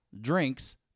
drinks